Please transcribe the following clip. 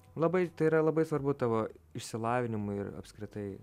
labai tai yra labai svarbu tavo išsilavinimui ir apskritai